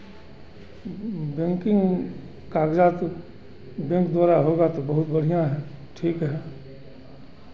banking कागज़ात bank द्वारा होगा तो बहुत बढ़ियाँ है ठीक है